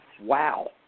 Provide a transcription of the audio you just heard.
Wow